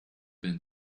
been